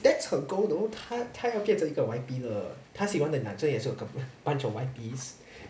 that's her goal though 她她要变成一个 Y_P 的她喜欢的男生也是个 bunch of Y_Ps